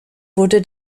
wurde